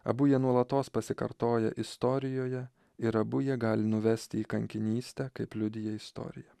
abu jie nuolatos pasikartoja istorijoje ir abu jie gali nuvesti į kankinystę kaip liudija istorija